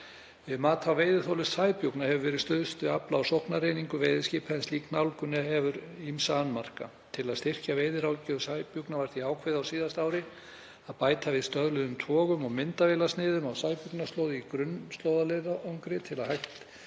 Í mati á veiðiþoli sæbjúgna hefur verið stuðst við afla á sóknareiningu veiðiskipa en slík nálgun hefur ýmsa annmarka. Til að styrkja veiðiráðgjöf sæbjúgna var því ákveðið á síðasta ári að bæta við stöðluðum togum og myndavélasniðum á sæbjúgnaslóð í grunnslóðarleiðangri til að hægt